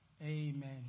Amen